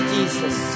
Jesus